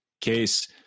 case